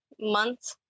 month